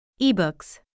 Ebooks